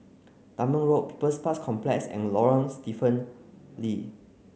Dunman Road People's Parks Complex and Lorong Stephen Lee